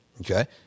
okay